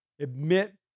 Admit